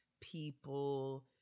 people